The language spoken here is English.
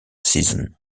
season